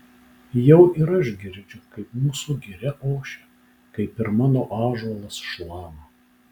jau ir aš girdžiu kaip mūsų giria ošia kaip ir mano ąžuolas šlama